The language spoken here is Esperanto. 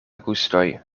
gustoj